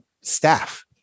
staff